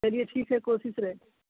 चलिए ठीक है कोशिश रहेगा